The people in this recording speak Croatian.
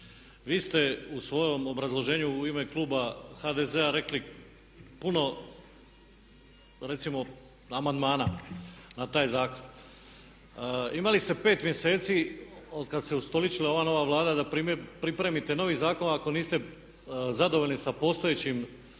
Vi ste u svom obrazloženju u ime kluba HDZ-a rekli puno, recimo amandmana na taj zakon. Imali ste pet mjeseci od kad se ustoličila ova nova Vlada da pripremite novi zakon ako niste zadovoljni sa postojećim zakonom